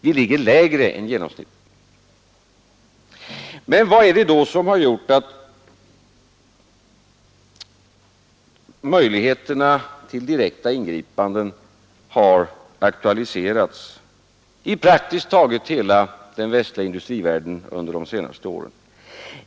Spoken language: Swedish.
Vi ligger lägre än genomsnittet. Vad är det då som gjort att möjligheterna till direkta ingripanden har aktualiserats i praktiskt taget hela den västliga industrivärlden under de senaste åren?